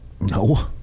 no